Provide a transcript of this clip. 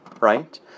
right